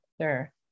Sure